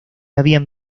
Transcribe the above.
habían